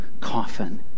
coffin